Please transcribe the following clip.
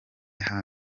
hasi